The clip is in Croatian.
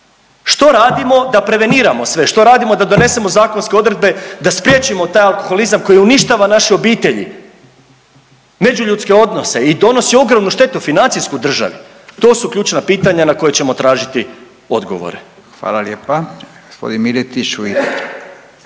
Što radimo da preveniramo sve, što radimo da donesemo zakonske odredbe da spriječimo taj alkoholizam koji uništava naše obitelji, međuljudske odnose i donosi ogromnu štetu financijsku državi. To su ključna pitanja na koja ćemo tražiti odgovore. **Radin,